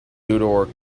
tudor